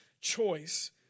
choice